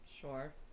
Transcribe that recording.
Sure